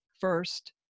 first